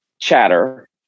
chatter